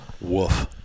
Woof